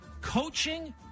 Coaching